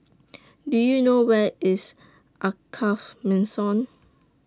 Do YOU know Where IS Alkaff Mansion